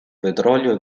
petrolio